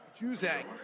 Juzang